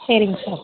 சரிங்க சார்